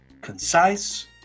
concise